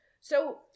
So-